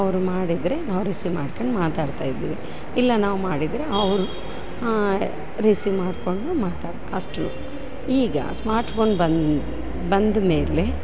ಅವರು ಮಾಡಿದರೆ ನಾವು ರಿಸೀವ್ ಮಾಡ್ಕಂಡು ಮಾತಾಡ್ತಾಯಿದ್ವಿ ಇಲ್ಲ ನಾವು ಮಾಡಿದರೆ ಅವರು ರಿಸೀವ್ ಮಾಡ್ಕೊಂಡು ಮಾತಾಡಿ ಫಸ್ಟು ಈಗ ಸ್ಮಾರ್ಟ್ಫೋನ್ ಬಂದು ಬಂದ ಮೇಲೆ